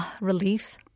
relief